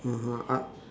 (uh huh) I